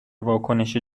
واکنش